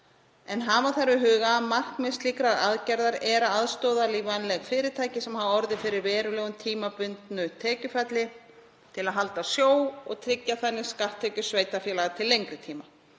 en hafa þarf í huga að markmið slíkrar aðgerðar er að aðstoða lífvænleg fyrirtæki sem hafa orðið fyrir verulegu tímabundnu tekjufalli til að halda sjó og tryggja þannig skatttekjur sveitarfélaga til lengri tíma.